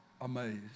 amazed